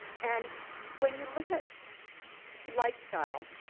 and when you look at lifestyle,